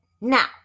Now